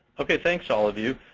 ok, thanks all of you.